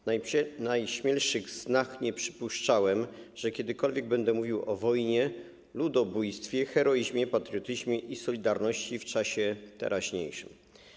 W najśmielszych snach nie przypuszczałem, że kiedykolwiek będę mówił o wojnie, ludobójstwie, heroizmie, patriotyzmie i solidarności w czasie teraźniejszym.